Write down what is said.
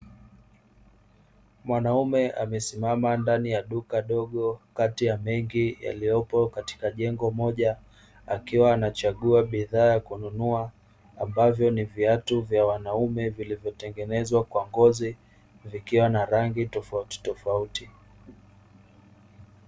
Mwanaume amesimama ndani ya duka dogo kati ya mengi yaliyopo katika jengo moja akiwa anachagua bidhaa ya kununua, ambavyo ni viatu vya wanaume vilivyotengenezwa kwa ngozi vikiwa na rangi tofauti tofauti.